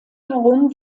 herum